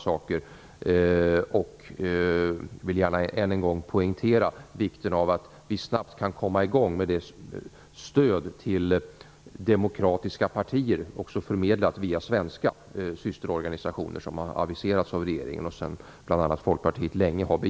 Jag vill än en gång poängtera vikten av att vi snabbt kan komma i gång med det stöd till demokratiska partier som förmedlas via svenska systerorganisationer. Det har aviserats av regeringen och bl.a. Folkpartiet har länge begärt det.